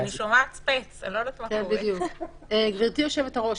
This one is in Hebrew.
גברתי היושבת-ראש,